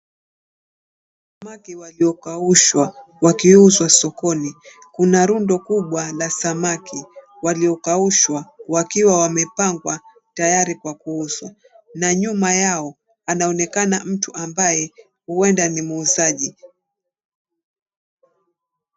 Samaki waliokaushwa wakiuzwa sokoni. Kuna rundo kubwa la samaki waliokaushwa wakiwa wamepangwa tayari kwa kuuzwa na nyuma yao, anaonekana mtu ambaye huenda ni muuzaji.